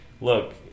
look